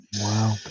Wow